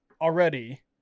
already